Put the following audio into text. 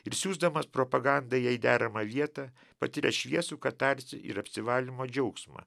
ir siųsdamas propagandą į jai deramą vietą patyrė šviesų katarsį ir apsivalymo džiaugsmą